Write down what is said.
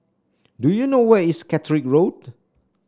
do you know where is Caterick Road